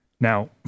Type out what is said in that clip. Now